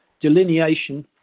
delineation